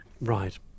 right